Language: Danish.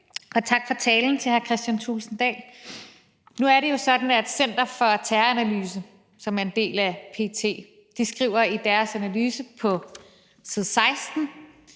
det, og tak til hr. Kristian Thulesen Dahl for talen. Nu er det jo sådan, at Center for Terroranalyse, som er en del af PET, skriver i deres analyse på side 16,